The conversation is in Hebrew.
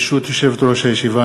ברשות יושבת-ראש הישיבה,